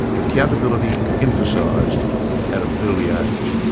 accountability emphasised at an early age.